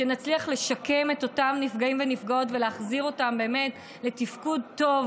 שנצליח לשקם את אותם נפגעים ונפגעות ולהחזיר אותם באמת לתפקוד טוב